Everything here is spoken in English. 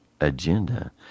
agenda